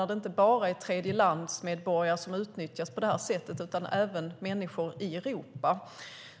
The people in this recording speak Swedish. Det är inte bara tredjelandsmedborgare som utnyttjas på detta sätt utan även människor i Europa.